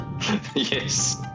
Yes